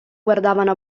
guardavano